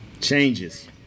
Changes